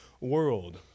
world